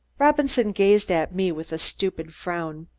robinson gazed at me with a stupid frown.